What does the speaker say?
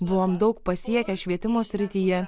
buvom daug pasiekę švietimo srityje